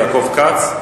של חבר הכנסת יעקב כץ.